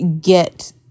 get